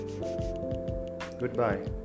Goodbye